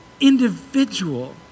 individual